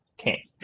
okay